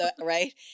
Right